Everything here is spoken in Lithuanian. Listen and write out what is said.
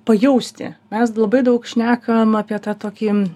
pajausti mes labai daug šnekam apie tą tokį